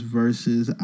versus